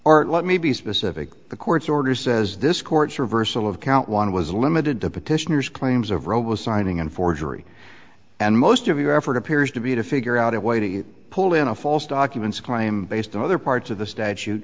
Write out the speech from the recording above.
or let me be specific the court's order says this court's reversal of count one was limited to petitioners claims of robo signing and forgery and most of your effort appears to be to figure out a way to pull in a false documents claim based on other parts of the statu